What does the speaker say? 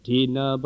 Tina